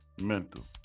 Mental